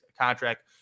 contract